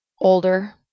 older